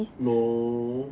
no